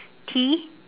tea